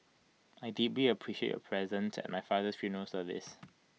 I deeply appreciated your presence at my father's funeral service